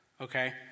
okay